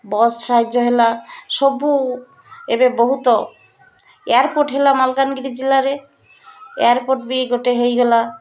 bus ସାହାଯ୍ୟ ହେଲା ସବୁ ଏବେ ବହୁତ ଏୟାରପୋର୍ଟ ହେଲା ମାଲକାନଗିରି ଜିଲ୍ଲାରେ ଏୟାରପୋର୍ଟ ବି ଗୋଟେ ହେଇଗଲା